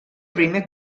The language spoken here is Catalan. primer